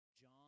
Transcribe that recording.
john